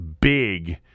big